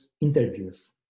interviews